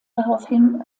daraufhin